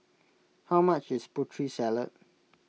how much is Putri Salad